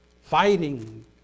fighting